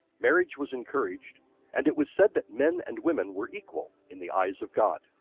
marriage was encouraged and it was said that men and women were equal in the eyes of god.